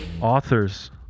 Authors